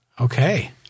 Okay